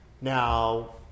Now